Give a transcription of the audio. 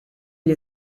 gli